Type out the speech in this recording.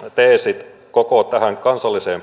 pääteesit koko tähän kansalliseen